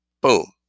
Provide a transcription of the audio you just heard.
Boom